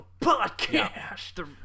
Podcast